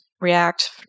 React